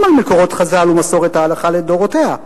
על מקורות חז"ל ומסורת ההלכה לדורותיה.